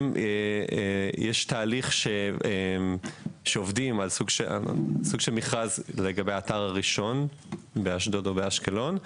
יש תהליך של מכרז שעובדים עליו לגבי האתר הראשון באשדוד ובאשקלון?